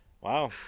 wow